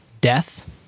death—